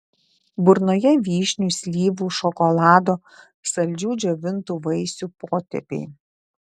burnoje vyšnių slyvų šokolado saldžių džiovintų vaisių potėpiai